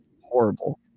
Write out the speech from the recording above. horrible